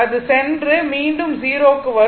அது சென்று மீண்டும் 0 க்கு வரும்